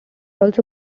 also